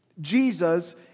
Jesus